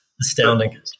astounding